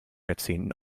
jahrzehnten